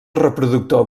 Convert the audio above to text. reproductor